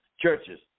churches